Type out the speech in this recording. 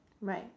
Right